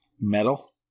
metal